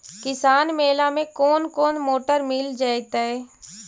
किसान मेला में कोन कोन मोटर मिल जैतै?